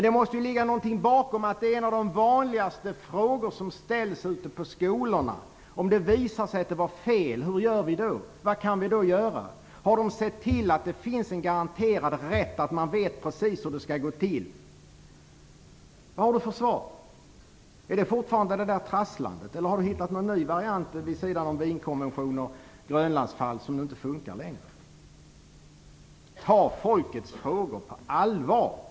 Det måste ju ligga någonting bakom det faktum att en av de vanligaste frågorna som ställs ute på skolorna är: Om det visar sig att det var fel, hur gör vi då? Vad kan vi då göra? Har de sett till att det finns en garanterad rätt, så att man vet precis hur det skall gå till? Vad har Carl Bildt för svar? Är det fortfarande det där trasslandet, eller finns det någon ny variant vid sidan av Wienkonventioner och Grönlandsfall som nu inte funkar längre. Ta folkets frågor på allvar, Carl Bildt!